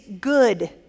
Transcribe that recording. good